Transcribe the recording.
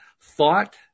Thought